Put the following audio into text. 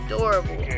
Adorable